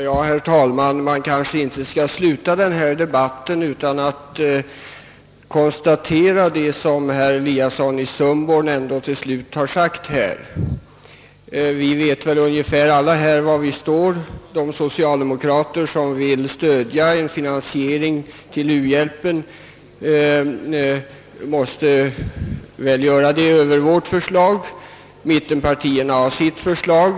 Herr talman! Vi kanske inte borde sluta den här debatten utan att peka på det som herr Eliasson i Sundborn ändå till slut har sagt. Vi vet väl ungefär hur vi alla ställer oss. De socialdemokrater som vill stödja en utökad finansiering av u-hjälpen måste göra det enligt vårt förslag, och mittenpartierna har sitt förslag.